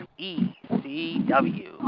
ECW